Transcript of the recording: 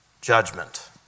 judgment